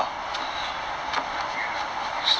mm ya